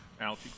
Algae